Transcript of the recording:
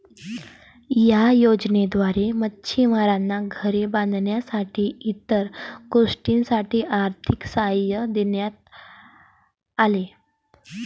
या योजनेद्वारे मच्छिमारांना घरे बांधण्यासाठी इतर गोष्टींसाठी आर्थिक सहाय्य देण्यात आले